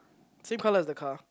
same colour as the car